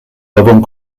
l’avons